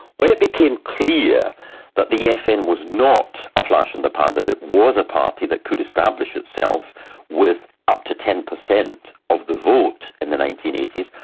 when it became clear that the fn was not a flash-in-the-pan, that it was a party that could establish itself with up to ten percent of the vote in the nineteen eighty s,